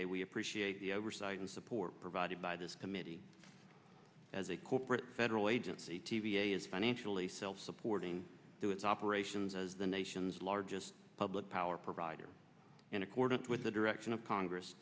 a we appreciate the oversight and support provided by this committee as a corporate federal agency t v is financially self supporting through its operations as the nation's largest public power provider in accordance with the direction of congress